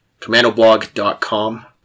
Commandoblog.com